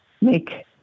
Make